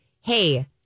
hey